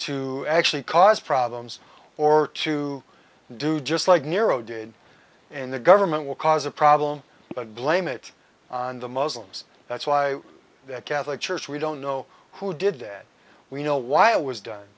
to actually cause problems or to do just like nero did and the government will cause a problem but blame it on the muslims that's why the catholic church we don't know who did that we know why it was done